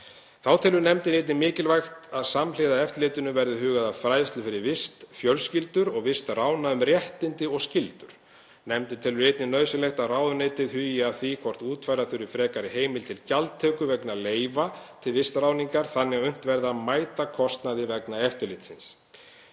Þá telur nefndin einnig mikilvægt að samhliða eftirlitinu verði hugað að fræðslu fyrir vistfjölskyldur og vistráðna um réttindi og skyldur. Nefndin telur einnig nauðsynlegt að ráðuneytið hugi að því hvort útfæra þurfi frekari heimild til gjaldtöku vegna leyfa til vistráðningar þannig að unnt verði að mæta kostnaði vegna eftirlitsins.